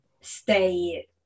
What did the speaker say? stay